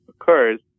occurs